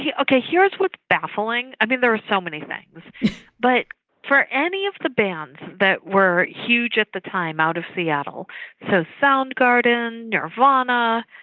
yeah okay, here's what's baffling i mean there are so many things but for any of the bands that were huge at the time out of seattle so soundgarden, nirvana,